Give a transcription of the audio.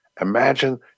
imagine